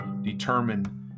determine